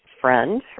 friend